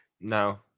No